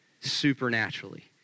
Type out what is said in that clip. Supernaturally